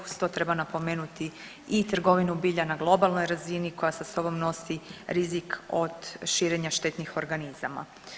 Uz to treba napomenuti i trgovinu bilja na globalnoj razini koja sa sobom nosi rizik od širenja štetnih organizama.